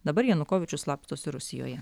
dabar janukovyčius slapstosi rusijoje